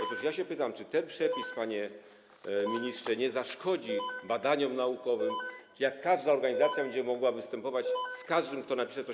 Otóż pytam: Czy ten przepis, panie ministrze, nie zaszkodzi badaniom naukowym, jak każda organizacja będzie mogła występować wobec każdego, kto napisze coś